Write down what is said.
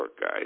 guy